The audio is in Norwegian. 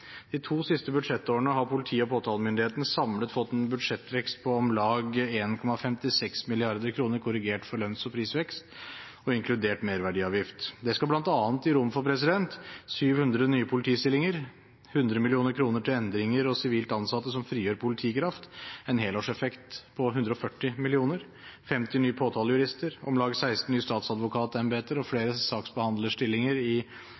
De to siste budsjettårene har politiet og påtalemyndigheten samlet fått en budsjettvekst på om lag 1,56 mrd. kr korrigert for lønns- og prisvekst og inkludert merverdiavgift. Det skal bl.a. gi rom for 700 nye politistillinger, 100 mill. kr til endringer og sivilt ansatte som frigjør politikraft – en helårseffekt på 140 mill. kr – 50 nye påtalejurister, om lag 16 nye statsadvokatembeter og flere saksbehandlerstillinger